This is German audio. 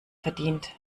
verdient